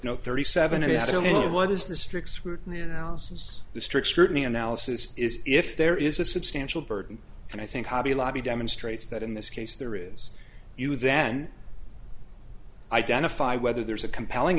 footnote thirty seven to what is the strict scrutiny analysis the strict scrutiny analysis is if there is a substantial burden and i think hobby lobby demonstrates that in this case there is you then identify whether there's a compelling